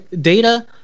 Data